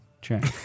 check